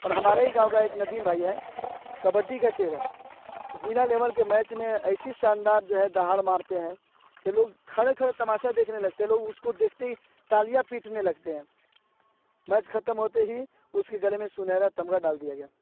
اور ہمارے ہی گاؤں کا ایک ندیم بھائی ہے کبڈی کا شعر ہے ضلع لیول کے میچ میں ایسی شاندار جو ہے دہاڑ مارتے ہیں کہ لوگ کھڑے کھڑے تماشہ دیکھنے لگتے ہیں لوگ اس کو دیکھتے ہی تالیا پیٹنے لگتے ہیں میچ ختم ہوتے ہی اس کے گلے میں سنہرا تمغہ ڈال دیا گیا